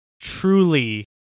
truly